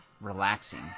relaxing